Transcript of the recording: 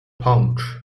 pouch